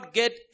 get